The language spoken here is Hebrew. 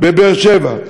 בבאר-שבע,